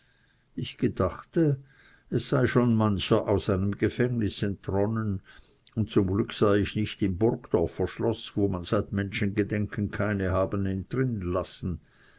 ich gedachte es sei schon mancher aus seinem gefängnis entronnen und zum glück sei ich nicht im b g r schloß wo man seit menschengedenken keinen habe entrinnen lassen